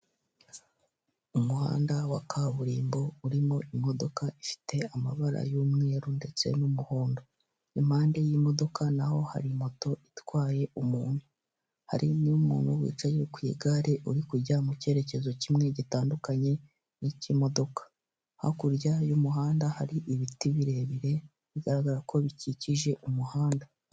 Umuhanda wa kaburimbo urimo imodoka ifite amabara y'umweru ndetse n'umuhondo, impande y'imodoka naho hari moto itwaye umuntu hari n'umuntu wicaye ku igare uri kujya mu cyerekezo kimwe gitandukanye n'icy'imodoka, hakurya y'umuhanda hari ibiti birebire bigaragara ko bikikije umuhanda.